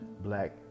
black